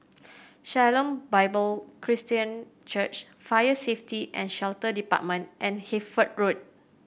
Shalom Bible Presbyterian Church Fire Safety And Shelter Department and Hertford Road